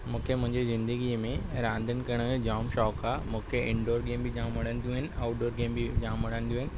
मूंखे मुंहिंजी ज़िंदगिय में रांदिनि करण में जाम शौक़ु आहे मूंखे इंडोर गेम बि जाम वणंदियूं आहिनि आउटडोर गेम बि जाम वणंदियूं आहिनि